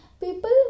People